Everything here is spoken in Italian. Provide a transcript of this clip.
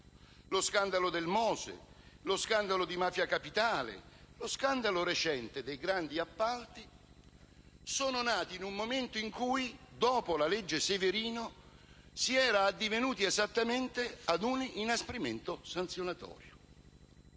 lo scandalo del MOSE, lo scandalo di Mafia Capitale, lo scandalo recente dei grandi appalti sono nati in un momento in cui, dopo la legge Severino, si era addivenuti esattamente ad un inasprimento sanzionatorio;